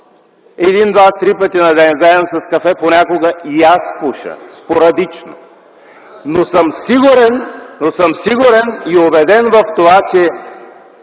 един-два-три пъти на ден, заедно с кафе, понякога и аз пуша – спорадично, но съм сигурен и убеден в това, че